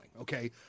okay